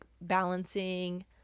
balancing